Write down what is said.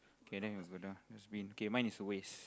k then we go down dustbin okay mine is a waste